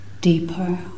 Deeper